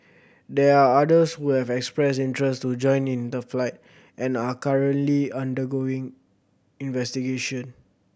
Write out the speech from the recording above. there are others who have expressed interest to join in the fight and are currently under going investigation